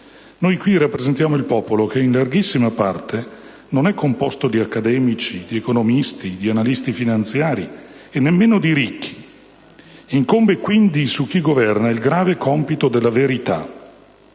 Noi qui rappresentiamo il popolo che, in larghissima parte, non è composto di accademici, di economisti, di analisti finanziari e nemmeno di ricchi. Incombe quindi su chi governa il grave compito della verità.